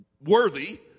worthy